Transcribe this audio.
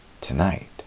tonight